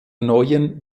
neuen